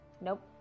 Nope